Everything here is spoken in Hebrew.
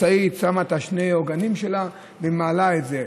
משאית שמה את שני העוגנים שלה ומעלה את זה.